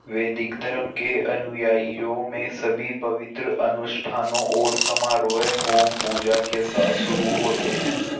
वैदिक धर्म के अनुयायियों में सभी पवित्र अनुष्ठानों और समारोहें होम पूजा के साथ शुरू होते हैं